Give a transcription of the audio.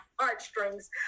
heartstrings